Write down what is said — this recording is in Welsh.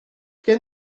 gen